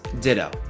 Ditto